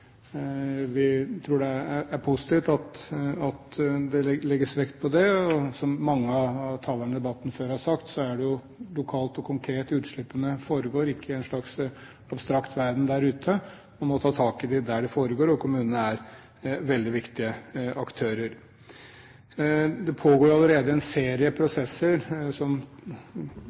Vi tror det er positivt at det legges vekt på det, og som mange av talerne i debatten har sagt, er det jo lokalt og konkret utslippene foregår – ikke i en slags abstrakt verden der ute. En må ta tak i det der det foregår, og kommunene er veldig viktige aktører. Det pågår jo allerede en serie prosesser som